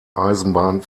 eisenbahn